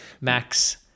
Max